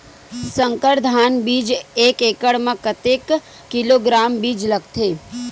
संकर धान बीज एक एकड़ म कतेक किलोग्राम बीज लगथे?